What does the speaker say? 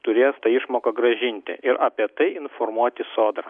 turės tą išmoką grąžinti ir apie tai informuoti sodrą